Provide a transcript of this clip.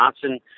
johnson